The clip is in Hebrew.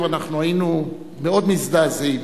ואנחנו היינו מאוד מאוד מזדעזעים.